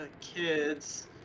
kids